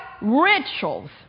rituals